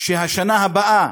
שהשנה הבאה,